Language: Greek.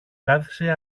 κάθισε